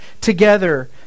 together